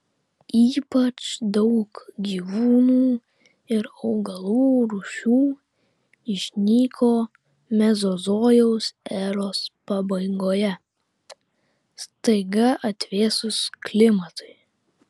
ypač daug gyvūnų ir augalų rūšių išnyko mezozojaus eros pabaigoje staiga atvėsus klimatui